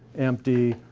empty,